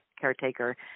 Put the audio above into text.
caretaker